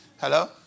Hello